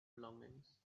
belongings